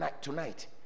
tonight